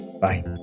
Bye